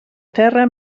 terra